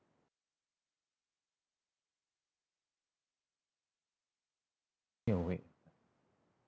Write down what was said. awake